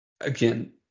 again